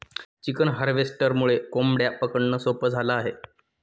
chicken हार्वेस्टरमुळे कोंबड्या पकडणं सोपं झालं आहे